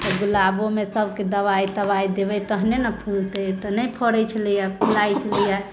गुलाबोमे सबके दवाइ तवाइ देबै तहने ने फूलतै तऽ नहि फड़ैत छलैया